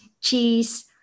cheese